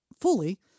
fully